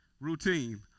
Routine